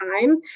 time